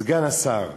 סגן השר,